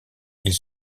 ils